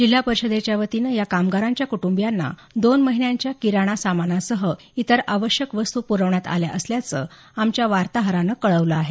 जिल्हा परिषदेच्या वतीनं या कामगारांच्या कुटुंबियांना दोन महिन्यांच्या किराणा सामानासह इतर आवश्यक वस्तू पुरविण्यात आल्या असल्याचं आमच्या वार्ताहरानं कळवलं आहे